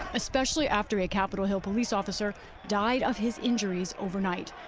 especially after a capitol hill police officer died of his injuries overnight.